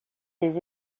les